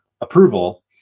approval